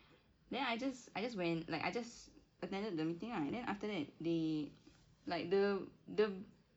then I just I just went like I just attended the meeting ah and then after that they like the the